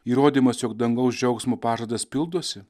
įrodymas jog dangaus džiaugsmo pažadas pildosi